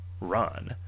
run